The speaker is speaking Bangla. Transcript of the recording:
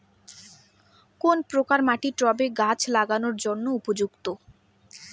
কোন প্রকার মাটি টবে গাছ লাগানোর জন্য উপযুক্ত?